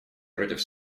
против